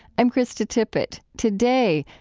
i'm krista tippett. today,